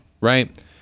right